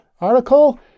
article